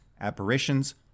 apparitions